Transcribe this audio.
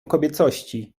kobiecości